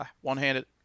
one-handed